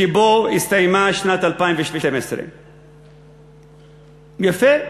שבו הסתיימה שנת 2012. יפה.